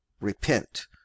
repent